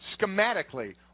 Schematically